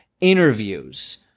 interviews